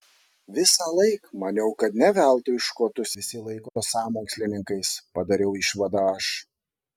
visąlaik maniau kad ne veltui škotus visi laiko sąmokslininkais padariau išvadą aš